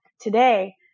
today